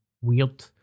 weird